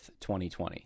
2020